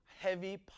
heavy